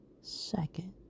second